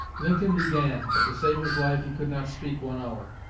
lincoln began, but to save his life he could not speak one hour,